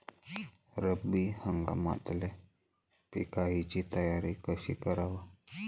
रब्बी हंगामातल्या पिकाइची तयारी कशी कराव?